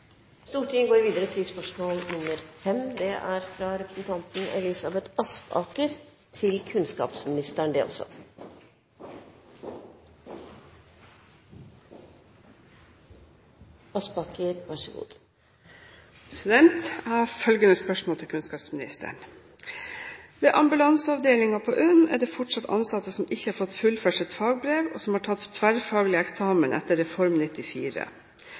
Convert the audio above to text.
Jeg har følgende spørsmål til kunnskapsministeren: «Ved ambulanseavdelingen ved Universitetssykehuset Nord-Norge er det fortsatt ansatte som ikke har fått fullført sine fagbrev, og som har tatt tverrfaglig eksamen etter Reform 94.